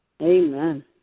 Amen